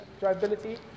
drivability